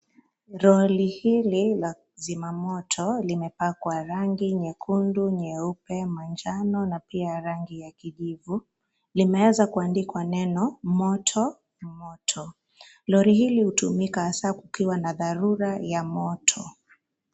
Lori hili la zimamoto limepakwa rangi nyekundu, nyeupe, manjano na pia rangi ya kijivu. Limeweza kuandikwa neno moto, moto. Lori hili hutumika haswa kukiwa na dharura ya moto.